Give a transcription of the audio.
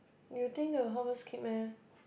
you think they will help us keep meh